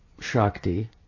shakti